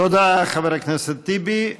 תודה לחבר הכנסת טיבי.